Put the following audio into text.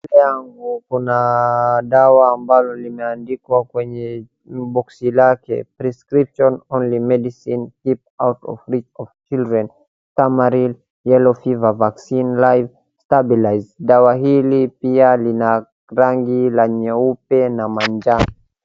Mbele yangu kuna dawa ambalo limeandikwa kwenye boxi lake prescription only medicine keep out of reach of children, stamaril, yellow fever vaccine live stabilized dawa hili pia lina rangi la nyeupe na manjano.